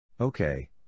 Okay